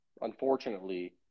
unfortunately